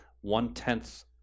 one-tenth